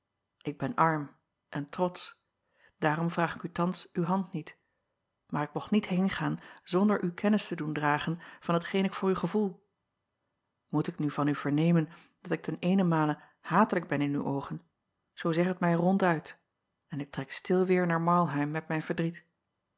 k ben arm en trotsch daarom vraag ik thans uwe hand niet maar ik mocht niet heengaan zonder u kennis te doen dragen van hetgeen ik voor u gevoel moet ik nu van u vernemen dat ik ten eenenmale hatelijk ben in uw oogen zoo zeg het mij ronduit en ik trek stil weêr naar arlheim met mijn verdriet